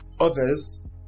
others